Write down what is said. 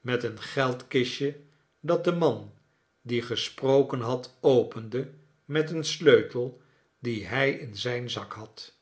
met een geldkistje dat de man die gesproken had opende met een sleutel dien hij in zijn zak had